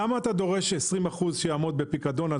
למה אתה דורש ש-20% יעמדו בפיקדון,